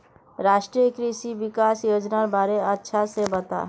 राष्ट्रीय कृषि विकास योजनार बारे अच्छा से बता